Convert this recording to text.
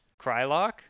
Krylock